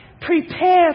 Prepare